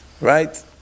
right